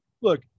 look